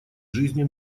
жизни